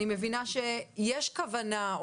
אני מבינה שיש כוונה,